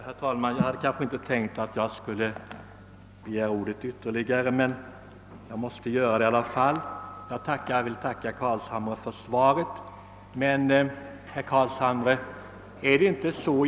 Herr talman! Jag hade inte tänkt begära ordet igen, men jag måste göra det ändå för att tacka herr Carlshamr: för hans inlägg.